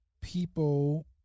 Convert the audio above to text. people